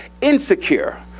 insecure